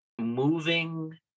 moving